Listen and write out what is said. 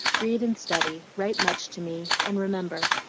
read and study, write much to me, and remember,